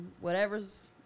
Whatever's